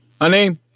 Honey